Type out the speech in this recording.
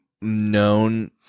known